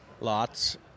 Lots